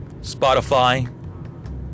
Spotify